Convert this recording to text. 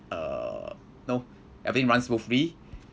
uh know everything runs smoothly